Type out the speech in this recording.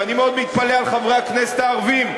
ואני מאוד מתפלא על חברי הכנסת הערבים,